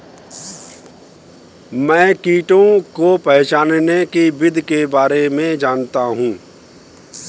मैं कीटों को पहचानने की विधि के बारे में जनता हूँ